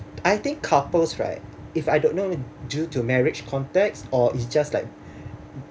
I think couples right if I don't know due to marriage context or it's just like